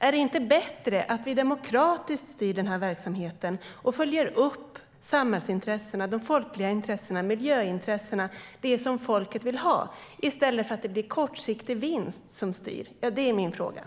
Är det inte bättre att vi demokratiskt styr verksamheten och följer upp samhällsintressena, de folkliga intressena, miljöintressena, det som folket vill ha, i stället för att den kortsiktiga vinsten ska styra? Det är mina frågor.